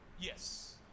Yes